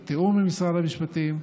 בתיאום עם משרד המשפטים,